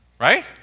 Right